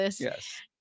Yes